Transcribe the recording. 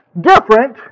different